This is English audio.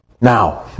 Now